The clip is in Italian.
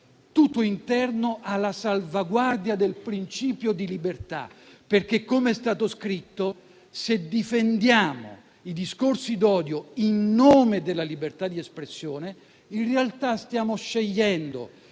tutto interno alla salvaguardia del principio di libertà. Come è stato scritto, infatti, se difendiamo i discorsi d'odio in nome della libertà di espressione, in realtà stiamo scegliendo